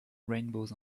rainbows